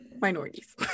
minorities